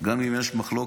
גם אם יש מחלוקת,